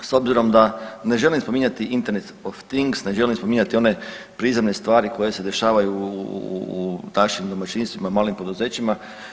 S obzirom da ne želim spominjati Internet of things, ne želim spominjati one prizemne stvari koje se dešavaju u našim domaćinstvima, malim poduzećima.